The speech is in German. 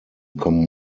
kommen